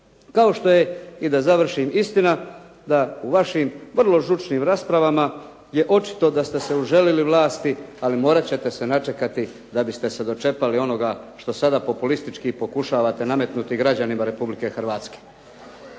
Kao što je i da završim istina da u vašim vrlo žučnim raspravama je očito da ste se uželili vlasti ali morati ćete se načekati da biste se načekali onoga što sada popolistički pokušavate nametnuti građanima Republike Hrvatske.